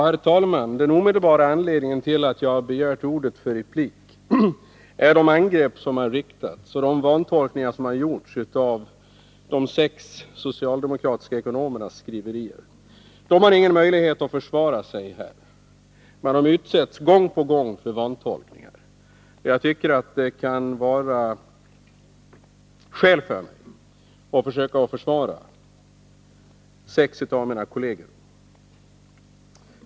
Herr talman! Den omedelbara anledningen till att jag begärde ordet för replik är de angrepp som har riktats mot de sex socialdemokratiska ekonomerna och de vantolkningar som har gjorts av deras skriverier. De har ingen möjlighet att försvara sig. Eftersom de gång på gång har utsatts för vantolkningar tycker jag att det kan vara skäl att försöka försvara mina sex kolleger.